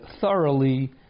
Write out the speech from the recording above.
thoroughly